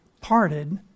parted